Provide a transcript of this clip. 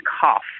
cough